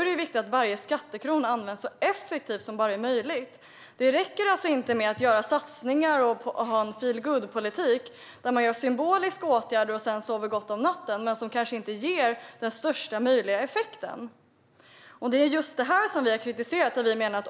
Det räcker alltså inte bara med att göra satsningar och ha en feelgoodpolitik - där man vidtar symboliska åtgärder och sedan sover gott om natten - som inte ger den största möjliga effekten. Det är just detta som vi har kritiserat.